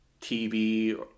TV